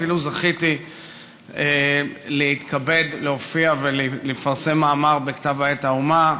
ואפילו זכיתי להתכבד להופיע ולפרסם מאמר בכתב העת "האומה".